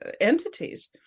entities